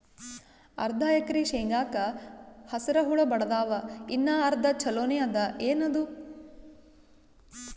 ಅರ್ಧ ಎಕರಿ ಶೇಂಗಾಕ ಹಸರ ಹುಳ ಬಡದಾವ, ಇನ್ನಾ ಅರ್ಧ ಛೊಲೋನೆ ಅದ, ಏನದು?